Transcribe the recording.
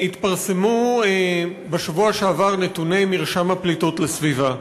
התפרסמו בשבוע שעבר נתוני מרשם הפליטות לסביבה,